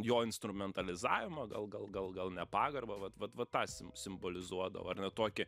jo instrumentalizavimą gal gal gal gal nepagarbą vat vat vat tą sim simbolizuodavo ar net tokį